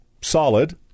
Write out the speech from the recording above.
solid